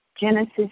Genesis